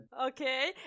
okay